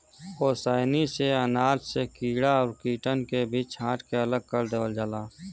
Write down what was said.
ओसैनी से अनाज से कीड़ा और कीटन के भी छांट के अलग कर देवल जाला